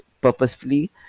purposefully